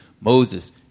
Moses